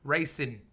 Racing